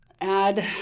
add